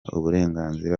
uburenganzira